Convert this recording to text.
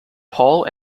paul